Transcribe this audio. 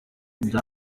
ibyo